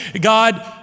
God